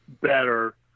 better